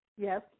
yes